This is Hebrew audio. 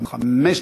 חמש דקות.